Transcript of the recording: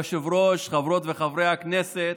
כבוד היושב-ראש, חברות וחברי הכנסת,